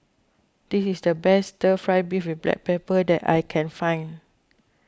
this is the best Stir Fried Beef with Black Pepper that I can find